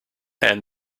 and